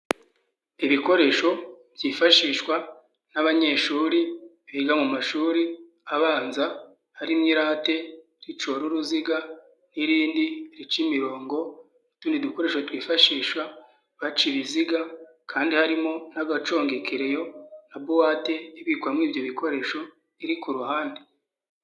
Ibikoresho byifashishwa n'abanyeshuri biga mu mashuri abanza harimo irate ricora uruziga n'irindi rica imirongo n'utundi dukoresho twifashisha baca ibiziga kandi harimo n'agaconga ikereyo na buwate ibikwamo ibyo bikoresho iri ku ruhande.